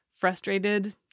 frustrated